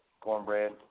cornbread